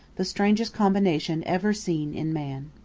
the strangest combination ever seen in man.